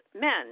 men